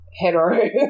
hetero